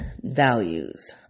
values